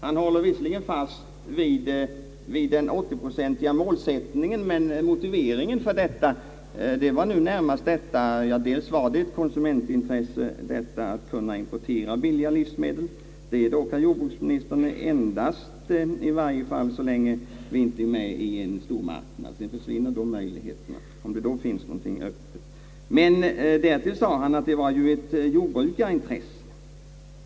Han håller visserligen fast vid den 80 procentiga målsättningen, men motiveringen var närmast ett konsumentintresse: att kunna importera billiga livsmedel. Detta är dock, herr jordbruksminister, endast möjligt så länge vi inte är med i en stormarknad. Sedan försvinner dessa möjligheter. Men därtill sade jordbruksministern att detta även var ett jordbrukarintresse.